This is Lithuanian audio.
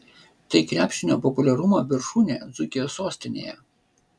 tai krepšinio populiarumo viršūnė dzūkijos sostinėje